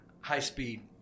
high-speed